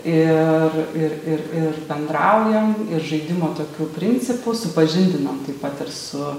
ir ir ir ir bendraujam ir žaidimų tokiu principu supažindinam taip pat ir su